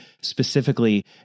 specifically